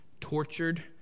tortured